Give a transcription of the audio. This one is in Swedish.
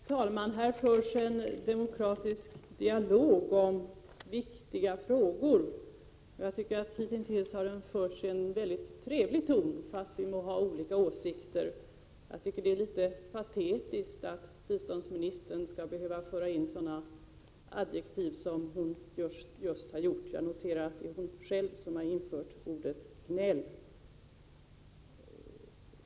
Herr talman! Här förs en demokratisk dialog om viktiga frågor, och jag tycker att den hittills har förts i en mycket trevlig ton, fastän vi har olika åsikter. Det är litet patetiskt att biståndsministern skall behöva föra in sådana adjektiv som hon just har gjort. Jag noterar att det är hon själv som har infört ordet ”gnällig”.